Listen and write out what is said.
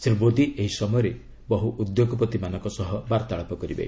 ଶ୍ରୀ ମୋଦି ଏହି ସମୟରେ ବହୁ ଉଦ୍ୟୋଗପତି ମାନଙ୍କ ସହ ବାର୍ଭାଳାପ କରିବେ